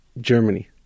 Germany